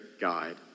guide